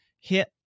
hit